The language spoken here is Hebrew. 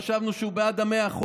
חשבנו שהוא בעד ה-100%,